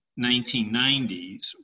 1990s